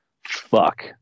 fuck